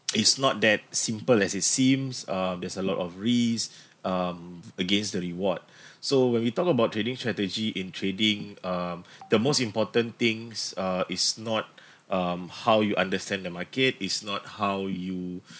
it's not that simple as it seems um there's a lot of risk um against the reward so when we talk about trading strategy in trading um the most important things uh it's not um how you understand the market it's not how you